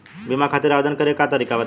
बीमा खातिर आवेदन करे के तरीका बताई?